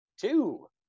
two